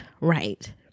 right